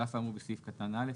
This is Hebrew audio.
על אף האמור בסעיף קטן (א),